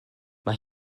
mae